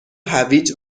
هویج